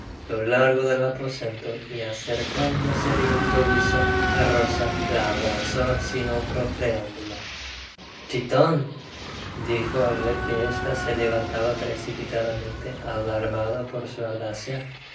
lo largo del aposento y acercándose de improviso á rosa la abrazó sin otro preámbulo m chjton f dijo al ver que esta se levantaba precipitadamente alarmada por su audacia